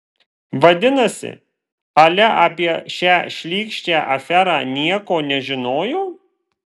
vadinasi alia apie šią šlykščią aferą nieko nežinojo